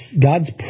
god's